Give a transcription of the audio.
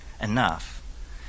enough